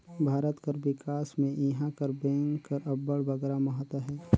भारत कर बिकास में इहां कर बेंक कर अब्बड़ बगरा महत अहे